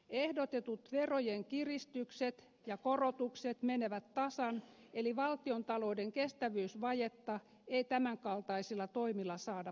ehdotetut verojen kiristykset ja korotukset menevät tasan eli valtiontalouden kestävyysvajetta ei tämän kaltaisilla toimilla saada paikattua